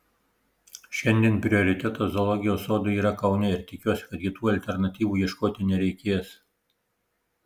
šiandien prioritetas zoologijos sodui yra kaune ir tikiuosi kad kitų alternatyvų ieškoti nereikės